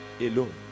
alone